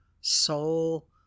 soul